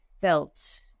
felt